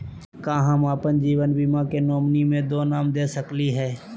का हम अप्पन जीवन बीमा के नॉमिनी में दो नाम दे सकली हई?